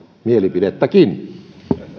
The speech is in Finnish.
mielipidettäkin